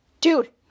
dude